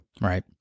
right